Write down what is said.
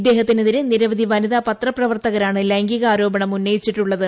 ഇദ്ദേഹത്തിന്റെതിരെ നിരവധി വനിതാ പത്രപ്രവർത്തകരാണ് ലൈംഗ്ദിക്കാരോപണം ഉന്നയിച്ചിട്ടുള്ളത്